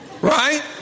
Right